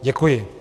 Děkuji.